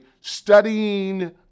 studying